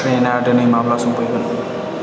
ट्रैना दिनै माब्ला सफैगोन